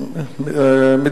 היושב-ראש,